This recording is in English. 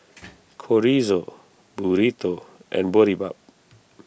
Chorizo Burrito and Boribap